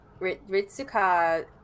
Ritsuka